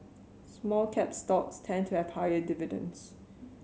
small cap stocks tend to have higher dividends